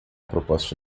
proposta